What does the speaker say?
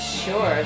sure